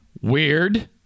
Weird